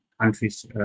countries